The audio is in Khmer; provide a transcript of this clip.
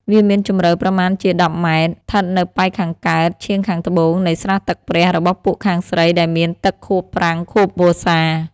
វាមានជម្រៅប្រមាណជា ១០ ម. ឋិតនៅប៉ែកខាងកើត ឆៀងខាងត្បូង នៃស្រះទឹកព្រះ របស់ពួកខាងស្រី ដែលមានទឹកខួបប្រាំងខួបវស្សា ។